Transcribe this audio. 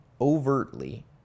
overtly